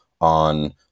on